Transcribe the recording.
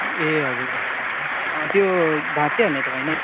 ए हजुर हजुर त्यो भाँचिहाल्ने त होइन